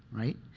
right?